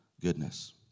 goodness